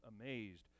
amazed